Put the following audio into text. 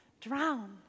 drown